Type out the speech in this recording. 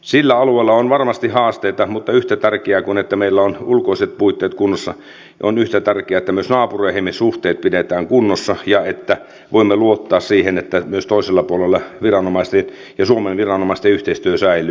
sillä alueella on varmasti haasteita mutta yhtä tärkeää kuin se että meillä on ulkoiset puitteet kunnossa on se että myös naapureihin ne suhteet pidetään kunnossa ja että voimme luottaa siihen että myös toisella puolella viranomaisten ja suomen viranomaisten yhteistyö säilyy